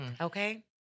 Okay